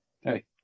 hey